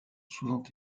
souvent